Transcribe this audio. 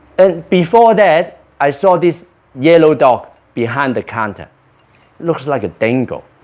and before that i saw this yellow dog behind the counter looks like a dingo,